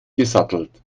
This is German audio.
gesattelt